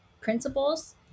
principles